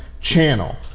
channel